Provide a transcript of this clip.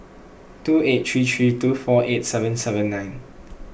two eight three three two four eight seven seven nine